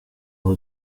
waba